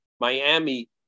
miami